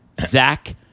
Zach